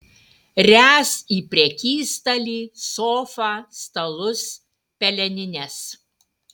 ręs į prekystalį sofą stalus pelenines